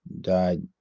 died